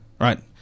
Right